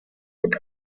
with